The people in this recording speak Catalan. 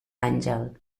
àngel